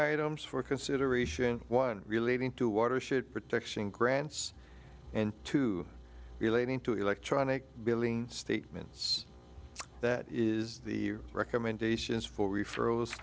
items for consideration one relating to watershed protection grants and two relating to electronic billing statements that is the recommendations for referrals